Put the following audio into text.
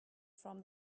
from